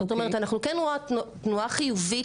זאת אומרת אנחנו כן רואות תנועה חיובית